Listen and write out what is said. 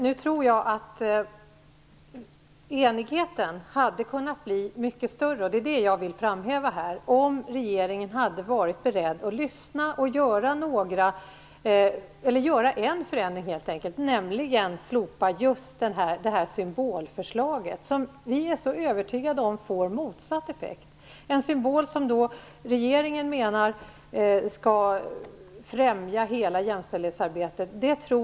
Jag tror att enigheten hade kunnat bli mycket större - det är det jag vill framhäva här - om regeringen hade varit beredd att lyssna och göra en förändring, nämligen att slopa just det här symbolförslaget, som vi är så övertygade om får motsatt effekt. Regeringen menar att denna symbol skall främja hela jämställdhetsarbetet.